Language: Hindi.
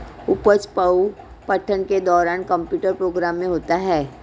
उपज बहु पठन के दौरान कंप्यूटर प्रोग्राम में होता है